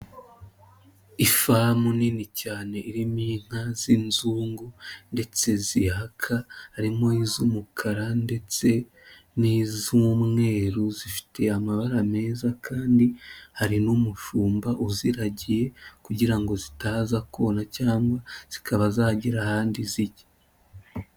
Ifamu nini cyane irimo inka z'inzungu ndetse zihaka harimo iz'umukara ndetse n'iz'umweru, zifite amabara meza kandi hari n'umushumba uziragiye kugira ngo zitaza kona cyangwa zikaba zagira ahandi zijya.